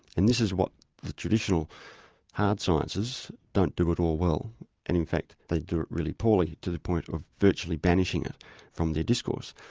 and this is what the traditional hard sciences don't do at all well and in fact they do it really poorly to the point of virtually banishing it from their discourse.